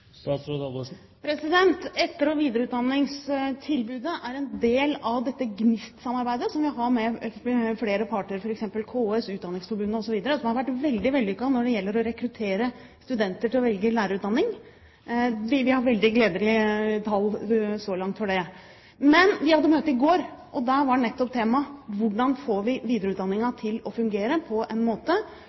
Etter- og videreutdanningstilbudet er en del av dette GNIST-samarbeidet som vi har med flere parter, f.eks. KS, Utdanningsforbundet osv. Dette har vært veldig vellykket når det gjelder å rekruttere studenter til å velge lærerutdanning. Vi har veldig gledelige tall så langt for det. Vi hadde et møte i går, og der var temaet nettopp: Hvordan får vi videreutdanningen til å fungere?